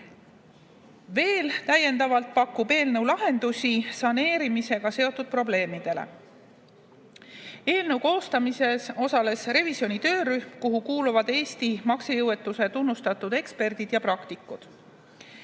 juuli. Täiendavalt pakub eelnõu lahendusi ka saneerimisega seotud probleemidele. Eelnõu koostamises osales revisjoni töörühm, kuhu kuuluvad maksejõuetuse tunnustatud eksperdid ja praktikud